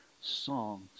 songs